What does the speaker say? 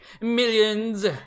millions